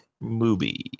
movie